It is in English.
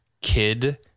kid